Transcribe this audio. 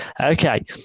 Okay